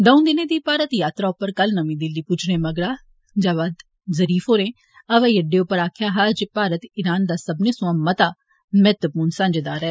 द'ऊं दिनें दी भारत यात्रा उप्पर कल नमीं दिल्ली पुज्जने मगरा जवाद जुरीफ होरें हवाई अड्डे उप्पर आक्खेआ हा जे भारत इरान दा सब्बनें सोआं मता महत्वपूर्ण साझीदार ऐ